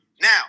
Now